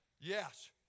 yes